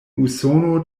usono